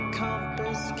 compass